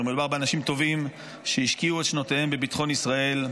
מדובר באנשים טובים שהשקיעו את שנותיהם בביטחון ישראל.